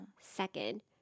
Second